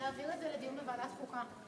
להעביר את הנושא לדיון בוועדת החוקה.